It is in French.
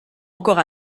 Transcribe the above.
encore